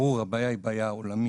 זה ברור, הבעיה היא בעיה עולמית.